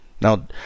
Now